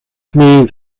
means